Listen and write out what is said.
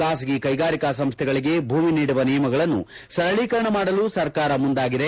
ಖಾಸಗಿ ಕೈಗಾರಿಕಾ ಸಂಸ್ಥೆಗಳಿಗೆ ಭೂಮಿ ನೀಡುವ ನಿಯಮಗಳನ್ನು ಸರಳೀಕರಣ ಮಾಡಲು ಸರ್ಕಾರ ಮುಂದಾಗಿದೆ